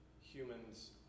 humans